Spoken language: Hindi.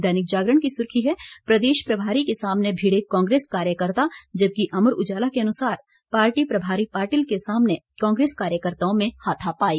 दैनिक जागरण की सुर्खी है प्रदेश प्रभारी के सामने भिड़े कांग्रेस कार्यकर्ता जबकि अमर उजाला के अनुसार पार्टी प्रभारी पाटिल के सामने कांग्रेस कार्यकर्ताओं में हाथापाई